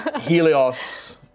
Helios